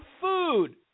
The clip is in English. food